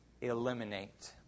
eliminate